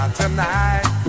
tonight